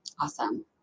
Awesome